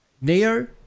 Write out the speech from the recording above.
Neo